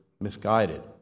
misguided